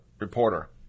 reporter